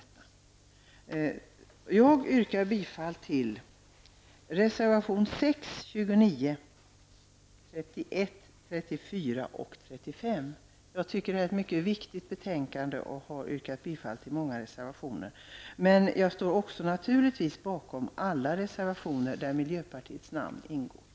Jag yrkar bifall till reservationerna 6, 29, 31, 34 och 35. Det aktuella betänkandet är mycket viktigt. Jag har alltså yrkat bifall till många reservationer. Men naturligtvis står jag bakom alla reservationer som miljöpartiet har undertecknat.